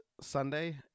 Sunday